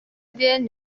диэн